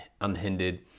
unhindered